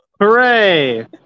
hooray